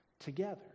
together